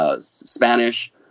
Spanish